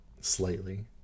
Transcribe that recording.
slightly